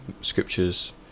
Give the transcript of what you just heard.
scriptures